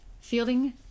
fielding